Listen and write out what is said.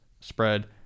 spread